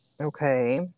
Okay